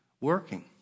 working